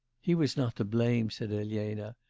he was not to blame said elena,